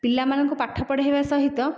ପିଲାମାନଙ୍କୁ ପାଠ ପଢ଼ାଇବା ସହିତ